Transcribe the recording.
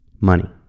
money